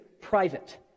private